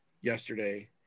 yesterday